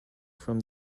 from